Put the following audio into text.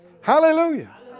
Hallelujah